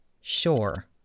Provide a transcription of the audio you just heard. sure